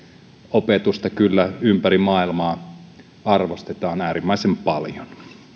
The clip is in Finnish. opetusta kyllä ympäri maailmaa arvostetaan äärimmäisen paljon